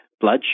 blood